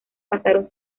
pasaron